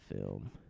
film